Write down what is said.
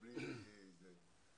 פוליטיקות.